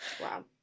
Wow